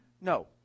No